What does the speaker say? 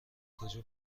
کجا